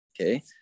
okay